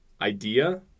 idea